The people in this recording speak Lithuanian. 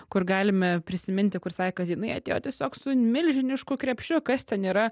kur galime prisiminti kur sakė kad jinai atėjo tiesiog su milžinišku krepšiu kas ten yra